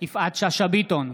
יפעת שאשא ביטון,